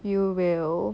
you will